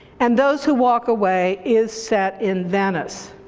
and those who walk away is set in venice.